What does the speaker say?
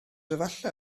efallai